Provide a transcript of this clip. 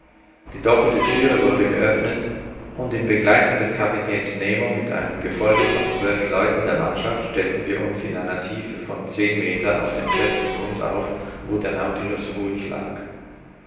die doppelte thüre wurde geöffnet und in begleitung des kapitäns nemo mit einem gefolge von zwölf leuten der mannschaft stellten wir uns in einer tiefe von zehn meter auf den festen grund auf wo der nautilus ruhig lag